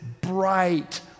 bright